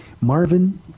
Marvin